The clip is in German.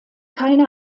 keine